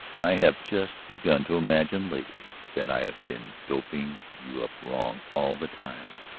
i have just begun to imagine lately that i have been doping you up wrong all the time.